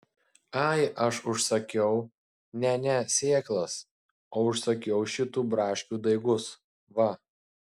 ai aš užsakiau ne ne sėklas o užsakiau šitų braškių daigus va